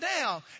down